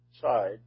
side